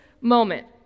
moment